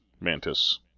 Mantis